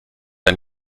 ein